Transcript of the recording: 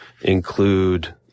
include